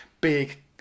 big